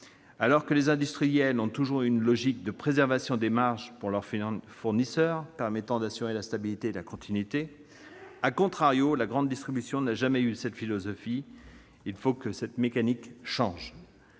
années. Les industriels ont toujours eu une logique de préservation des marges pour leurs fournisseurs, permettant d'assurer de la stabilité et de la continuité. Or la grande distribution n'a jamais partagé cette philosophie. Il faut que cette mécanique change.